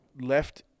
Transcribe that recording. left